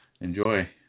Enjoy